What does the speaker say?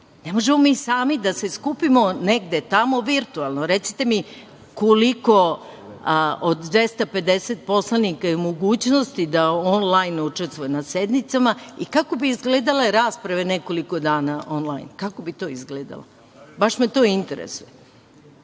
možemo mi sami da se skupimo negde tamo virtuelno. Recite mi koliko od 250 poslanika je u mogućnosti da onlajn učestvuje na sednicama. Kako bi izgledale rasprave nekoliko dana onlajn? Kako bi to izgledalo? To me baš interesuje,